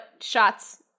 shots